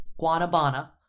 guanabana